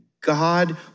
God